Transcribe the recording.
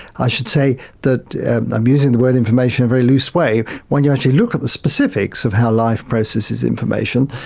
i should say that i'm using the word information in a very loose way, when you actually look at the specifics of how life processes information,